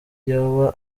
yaba